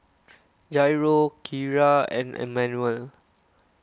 Jairo Kyara and Emanuel